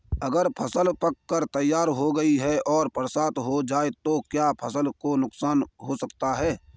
अगर फसल पक कर तैयार हो गई है और बरसात हो जाए तो क्या फसल को नुकसान हो सकता है?